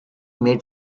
made